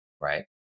Right